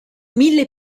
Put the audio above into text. mille